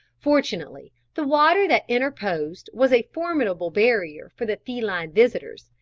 fortunately, the water that interposed was a formidable barrier for the feline visitors,